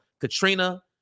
Katrina